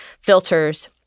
filters